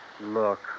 Look